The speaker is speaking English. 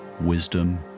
wisdom